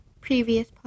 previous